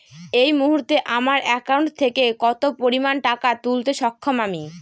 এই মুহূর্তে আমার একাউন্ট থেকে কত পরিমান টাকা তুলতে সক্ষম আমি?